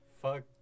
Fuck